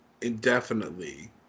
indefinitely